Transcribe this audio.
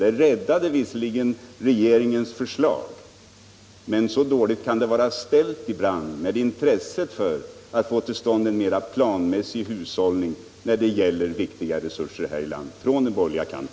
Det räddade visserligen regeringens förslag, men så dåligt kan det ibland på den borgerliga kanten vara ställt med intresset för att få till stånd en mera planmässig hushållning när det gäller viktiga naturresurser här i landet.